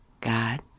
God